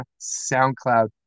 SoundCloud